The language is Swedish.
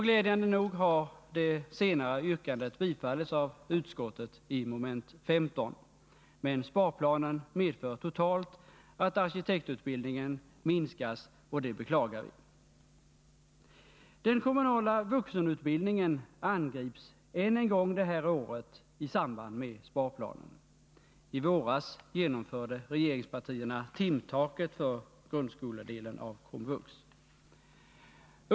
Glädjande nog har yrkandet i fråga tillstyrkts av utskottet i mom. 15. Men sparplanen medför totalt att arkitektutbildningen minskas, och det beklagar vi. Den kommunala vuxenutbildningen angrips än en gång det här året i samband med sparplanen. I våras genomförde regeringspartierna timtaket för grundskoledelen av den kommunala vuxenutbildningen.